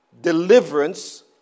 deliverance